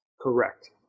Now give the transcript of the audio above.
Correct